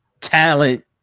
talent